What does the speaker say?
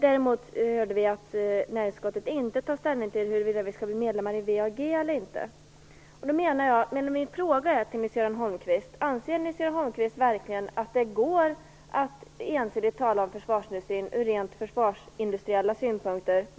Däremot hörde vi att näringsutskottet inte tar ställning till huruvida vi skall bli medlemmar i WEAG eller inte. Min fråga blir då: Anser Nils-Göran Holmqvist verkligen att det går att ensidigt tala om försvarsindustrin från rent försvarsindustriella synpunkter?